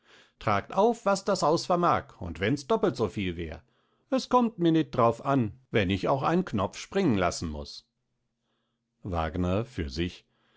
tragt auf was das haus vermag und wenns doppelt so viel wär es kommt mir nit drauf an wenn ich auch einen knopf springen laßen muß wagner für sich